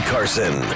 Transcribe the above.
Carson